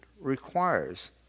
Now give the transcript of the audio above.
requires